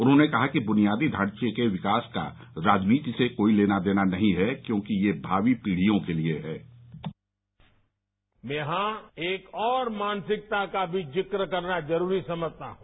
उन्होंने कहा कि बुनियादी ढांचे के विकास का राजनीति से कोई लेना देना नहीं है क्योंकि यह भावी पीढियों के लिए है मैं यहां एक और मानसिकता का भी जिक्र करना जरूरी समझता हूं